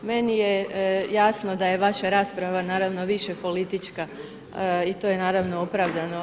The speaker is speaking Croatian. Meni je jasno da je vaša rasprava naravno više politička i to je naravno opravdano.